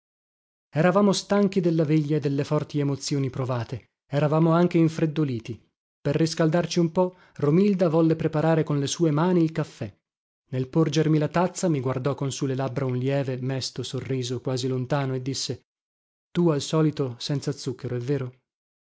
eravamo stanchi della veglia e delle forti emozioni provate eravamo anche infreddoliti per riscaldarci un po romilda volle preparare con le sue mani il caffè nel porgermi la tazza mi guardò con su le labbra un lieve mesto sorriso quasi lontano e disse tu al solito senza zucchero è vero